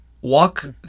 walk